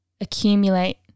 accumulate